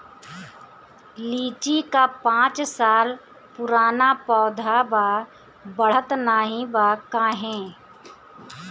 लीची क पांच साल पुराना पौधा बा बढ़त नाहीं बा काहे?